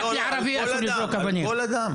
על כל אדם, על כל אדם.